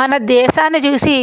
మన దేశాన్ని చూసి